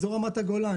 לאזור רמת הגולן,